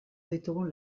ditugun